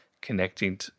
connecting